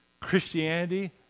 Christianity